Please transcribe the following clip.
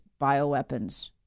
bioweapons